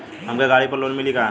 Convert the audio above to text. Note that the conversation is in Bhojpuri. हमके गाड़ी पर लोन मिली का?